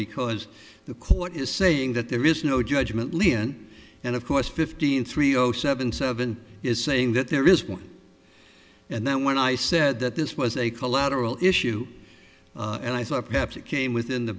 because the court is saying that there is no judgment leean and of course fifteen three zero seven seven is saying that there is one and then when i said that this was a collateral issue and i thought perhaps it came within the